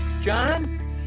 John